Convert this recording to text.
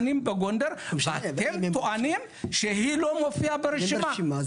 שנים בגונדר ואתם טוענים שהיא לא נמצאת ברשימה,